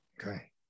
Okay